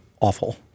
awful